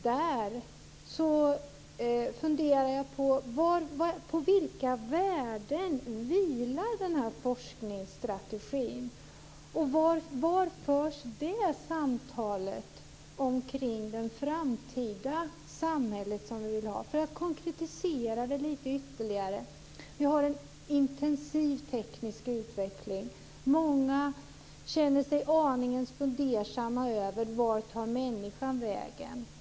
Då undrar jag: På vilka värden vilar denna forskningsstrategi, och var förs samtalet om det framtida samhälle som vi vill ha? Jag ska konkretisera det lite grann. Vi har en intensiv teknisk utveckling. Många känner sig lite fundersamma över vart människan tar vägen.